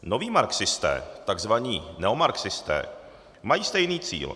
Noví marxisté, tzv. neomarxisté, mají stejný cíl.